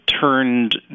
turned